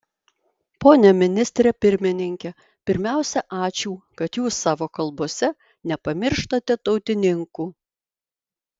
pone ministre pirmininke pirmiausia ačiū kad jūs savo kalbose nepamirštate tautininkų